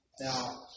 Now